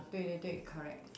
对对对 correct